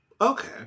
Okay